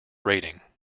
rating